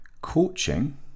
coaching